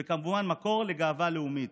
וכמובן, מקור לגאווה לאומית.